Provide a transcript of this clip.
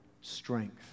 strength